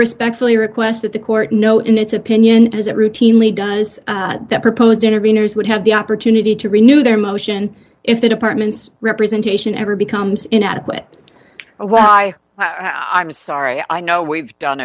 respectfully request that the court know in its opinion as it routinely does that proposed intervenors would have the opportunity to renew their motion if the department's representation ever becomes inadequate why i was sorry i know we've done